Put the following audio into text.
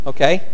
Okay